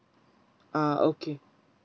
ah okay